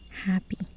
happy